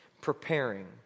preparing